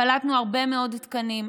קלטנו הרבה מאוד תקנים,